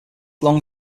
long